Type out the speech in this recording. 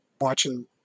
watching